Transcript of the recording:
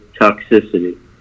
toxicity